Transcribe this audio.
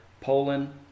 Poland